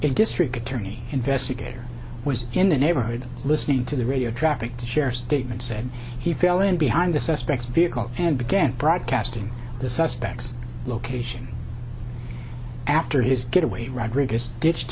a district attorney investigator was in the neighborhood listening to the radio traffic to share statements said he fell in behind the suspect's vehicle and began broadcasting the suspects location after his get away rodriguez ditched